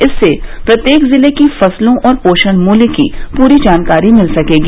इससे प्रत्येक जिले की फसलों और पोषण मूल्य की पूरी जानकारी मिल सकेगी